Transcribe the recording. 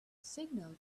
signal